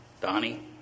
Donnie